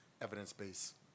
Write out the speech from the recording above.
evidence-based